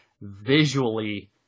visually